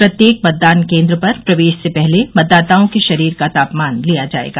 प्रत्येक मतदान केन्द्र पर प्रवेश से पहले मतदाताओं के शरीर का तापमान लिया जाएगा